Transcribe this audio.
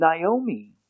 Naomi